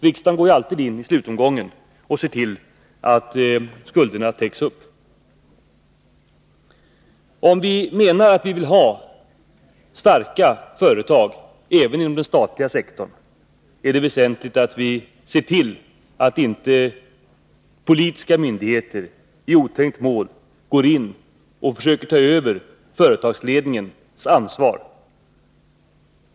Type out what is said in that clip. Riksdagen går ju alltid in i sltutomgången och ser till att skulderna täcks. Om vi menar att vi vill ha starka företag även inom den statliga sektorn, är det väsentligt att vi ser till att inte politiska myndigheter i oträngt mål går in och försöker ta över företagsledningens ansvar.